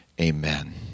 amen